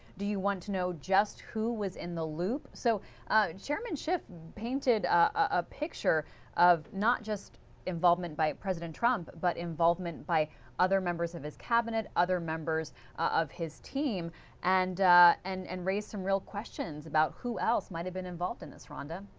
do you want to know just who was in the loop? so chairman schiff painted a picture of not just involvement by president, but involvement by other members of his cabinet, other members of his team and and and raise some real questions about who else had been involved in this, rhonda?